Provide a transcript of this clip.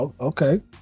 okay